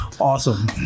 Awesome